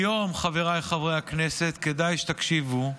היום, חבריי חברי הכנסת, כדאי שתקשיבו,